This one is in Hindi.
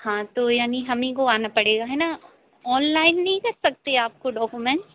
हाँ तो यानी हमीं को आना पड़ेगा है ना अनलाइन नहीं कर सकते आप वह डाक्यूमेंट